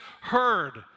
heard